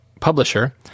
publisher